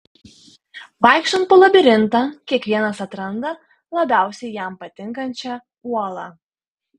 vaikštant po labirintą kiekvienas atranda labiausiai jam patinkančią uolą